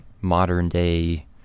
modern-day